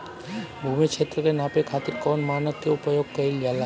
भूमि क्षेत्र के नापे खातिर कौन मानक के उपयोग कइल जाला?